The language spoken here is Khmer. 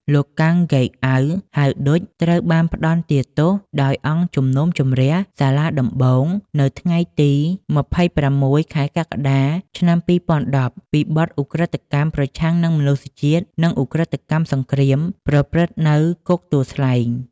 លោកកាំង ហ្កេកអ៊ាវ ហៅឌុច ត្រូវបានផ្តន្ទាទោសដោយអង្គជំនុំជម្រះសាលាដំបូងនៅថ្ងៃទី២៦ ខែកក្កដា ឆ្នាំ២០១០ពីបទឧក្រិដ្ឋកម្មប្រឆាំងនឹងមនុស្សជាតិ និងឧក្រិដ្ឋកម្មសង្គ្រាមប្រព្រឹត្តនៅគុកទួលស្លែង។